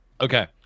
Okay